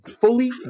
fully